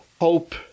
hope